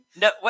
no